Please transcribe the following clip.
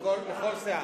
לכל סיעה.